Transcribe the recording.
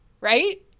right